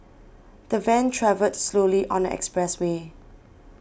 the van travelled slowly on the expressway